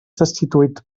destituït